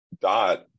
Dot